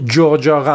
Georgia